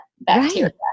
bacteria